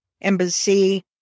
embassy